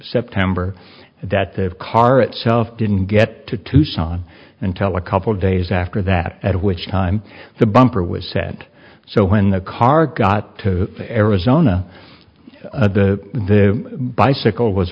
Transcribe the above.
september that the car itself didn't get to tucson until a couple days after that at which time the bumper was sent so when the car got to arizona the the bicycle was